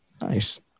Nice